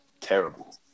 terrible